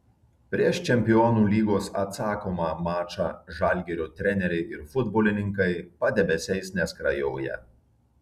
prieš čempionų lygos atsakomą mačą žalgirio treneriai ir futbolininkai padebesiais neskrajoja